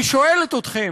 אני שואלת אתכם",